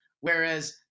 Whereas